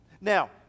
Now